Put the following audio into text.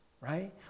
right